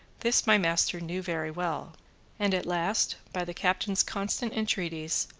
this my master knew very well and at last, by the captain's constant entreaties,